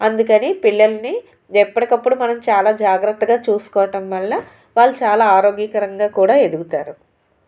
అందుకని పిల్లల్ని ఎప్పటికప్పుడు మనం చాలా జాగ్రత్తగా చూసుకోవడం వల్ల వాళ్ళు చాలా ఆరోగ్యకరంగా కూడా ఎదుగుతారు